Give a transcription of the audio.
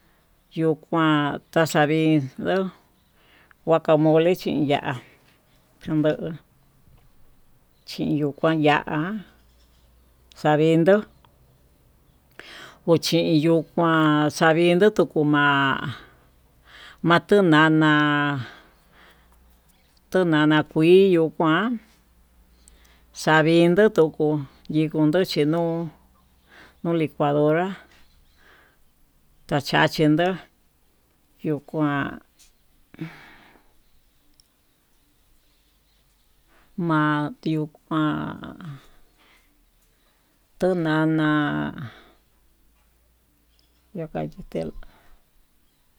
Yo'o kuan taxavii ndó guacamole chin ya'á, kanndó chiyuu kuá ya'á xavindo kuchiyo kuan xavindo, tukuu ma'a natu nana tuu nana kuiyó kuan xavindo tukuu chikondo chino'o licuadora tachachin ndo'ó yuu kuán, mayio kuan tuu nana yokayii tela'a.